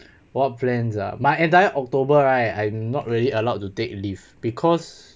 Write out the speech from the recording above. what plans ah my entire october right I not really allowed to take leave because